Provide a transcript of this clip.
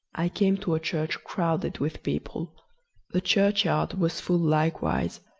i came to a church crowded with people the church-yard was full likewise,